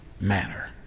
manner